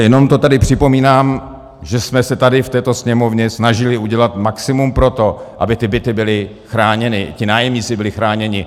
Jenom to tady připomínám, že jsme se tady v této Sněmovně snažili udělat maximum pro to, aby ty byty byly chráněny, ti nájemníci byli chráněni.